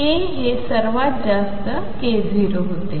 K हे सर्वात जास्त k0 होते